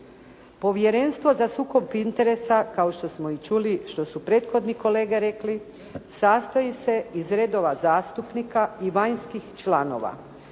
Povjerenstvo za sukob interesa, kao što smo i čuli, što su prethodni kolege rekli sastoji se iz redova zastupnika i vanjskih članova